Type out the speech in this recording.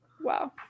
wow